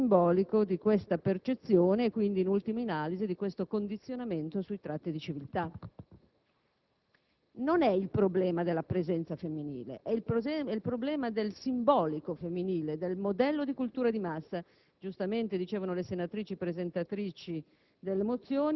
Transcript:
di questo simbolico, di questa percezione e quindi, in ultima analisi, di questo condizionamento sui tratti della civiltà. Il problema non è la presenza femminile, ma il simbolico femminile, il modello di cultura di massa, come giustamente dicevano le senatrici presentatrici